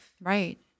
Right